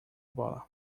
bola